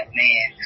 man